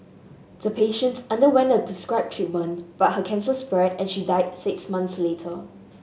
the patient underwent the prescribed treatment but her cancer spread and she died six months later